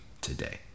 today